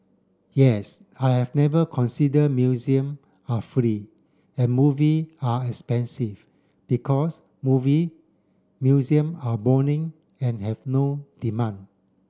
yes I've never consider museum are free and movie are expensive because movie museum are boring and have no demand